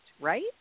right